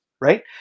right